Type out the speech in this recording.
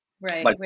Right